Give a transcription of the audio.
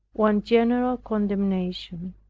one general condemnation,